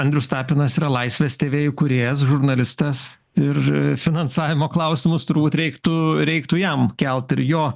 andrius tapinas yra laisvės tv įkūrėjas žurnalistas ir finansavimo klausimus turbūt reiktų reiktų jam kelt ir jo